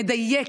מדייק,